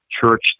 church